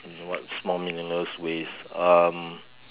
in a what small meaningless ways um